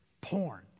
porn